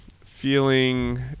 feeling